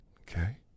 Okay